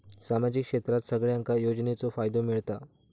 सामाजिक क्षेत्रात सगल्यांका योजनाचो फायदो मेलता?